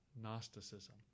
Gnosticism